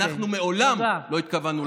אנחנו מעולם לא התכוונו לעשות את זה.